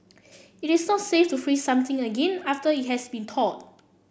it is not safe to freeze something again after it has been thawed